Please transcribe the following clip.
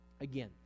again